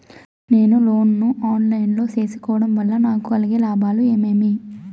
నేను లోను ను online లో సేసుకోవడం వల్ల నాకు కలిగే లాభాలు ఏమేమీ?